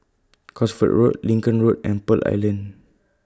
Cosford Road Lincoln Road and Pearl Island